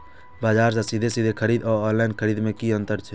बजार से सीधे सीधे खरीद आर ऑनलाइन खरीद में की अंतर छै?